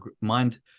mind